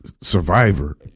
Survivor